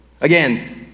again